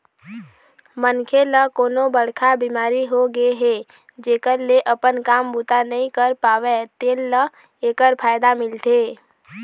मनखे ल कोनो बड़का बिमारी होगे हे जेखर ले अपन काम बूता नइ कर पावय तेन ल एखर फायदा मिलथे